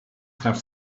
have